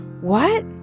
What